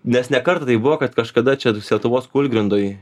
nes ne kartą taip buvo kad kažkada čia sietuvos kūlgrindoj